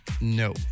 No